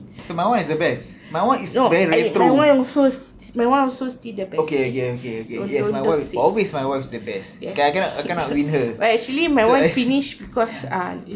so my one is the best my one is very very true okay okay okay okay yes my wife is always my wife's the best okay I cannot I cannot win her so